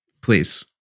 Please